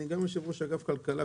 ואני גם יושב-ראש אגף כלכלה,